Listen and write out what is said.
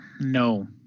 No